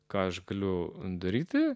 ką aš galiu daryti